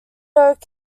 oak